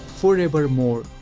forevermore